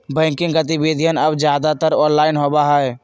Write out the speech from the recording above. banking गतिविधियन अब ज्यादातर ऑनलाइन होबा हई